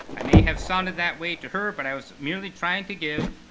i may have sounded that way to her, but i was merely trying to give